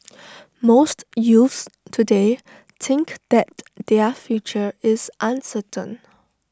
most youths today think that their future is uncertain